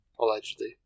Allegedly